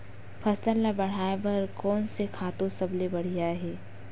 फसल ला बढ़ाए बर कोन से खातु सबले बढ़िया हे?